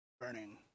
burning